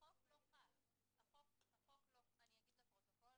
אני אגיד לפרוטוקול